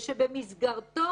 ושבמסגרתו